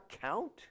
count